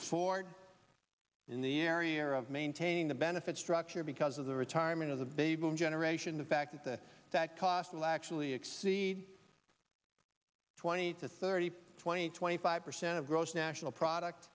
afford in the area of maintaining the benefit structure because of the retirement of the baby boom generation the fact that the that cost will actually exceed twenty to thirty twenty twenty five percent of gross national product